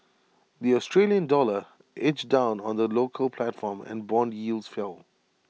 the Australian dollar edged down on the local platform and Bond yields fell